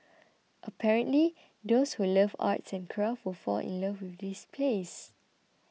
apparently those who love arts and crafts will fall in love with this place